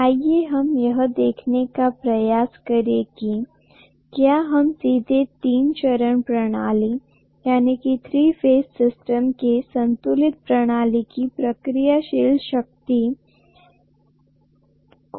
आइए हम यह देखने का प्रयास करें कि क्या हम सीधे तीन चरण प्रणाली के संतुलित प्रणाली की प्रतिक्रियाशील शक्ति को माप सकते हैं